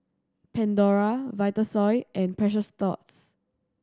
Pandora Vitasoy and Precious Thots